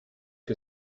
que